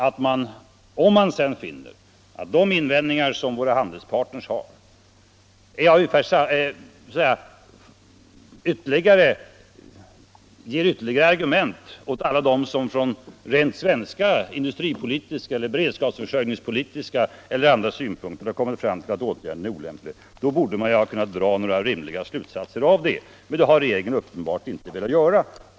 Om man sedan finner att de invändningar som våra handelspartner framför ger ytterligare ar gument åt alla dem som från rent svenska industripolitiska, beredskapsförsörjningspolitiska eller andra synpunkter har kommit fram till att åtgärden är olämplig, borde man ha kunnat dra rimliga slutsatser av det. Men det har regeringen uppenbart inte velat göra.